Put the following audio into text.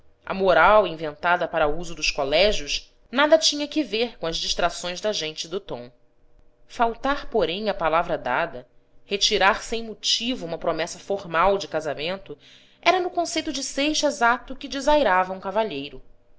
a moral inventada para uso dos colégios nada tinha que ver com as distrações da gente do tom faltar porém à palavra dada retirar sem motivo uma promessa formal de casamento era no conceito de seixas ato que desairava um cavalheiro